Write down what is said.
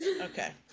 Okay